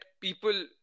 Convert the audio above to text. people